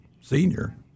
senior